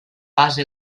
fase